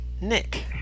nick